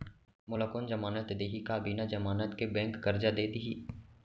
मोला कोन जमानत देहि का बिना जमानत के बैंक करजा दे दिही?